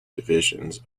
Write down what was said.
divisions